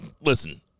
Listen